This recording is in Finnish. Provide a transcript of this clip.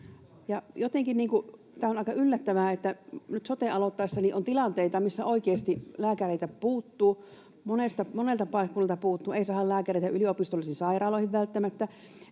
tämä on aika yllättävää, että nyt soten aloittaessa on tilanteita, missä oikeasti lääkäreitä puuttuu monelta paikkakunnalta, ei välttämättä saada lääkäreitä yliopistollisiin sairaaloihin eikä